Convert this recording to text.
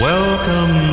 Welcome